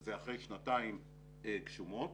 וזה אחרי שנתיים גשומות,